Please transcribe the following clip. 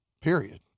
Period